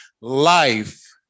life